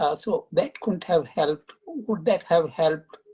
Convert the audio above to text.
ah so that couldn't have helped, would that have helped